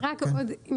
Win-win.